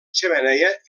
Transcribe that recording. xemeneia